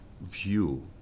view